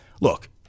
look